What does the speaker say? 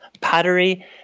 pottery